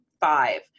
five